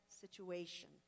situation